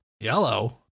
Yellow